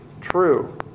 true